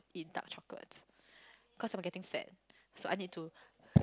eat dark chocolates cause I'm getting fat so I need to